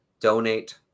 donate